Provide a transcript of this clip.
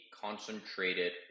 concentrated